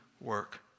work